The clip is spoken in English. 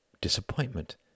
disappointment